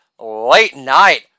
late-night